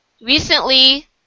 Recently